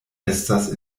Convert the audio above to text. estas